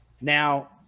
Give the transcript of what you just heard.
Now